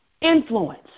influence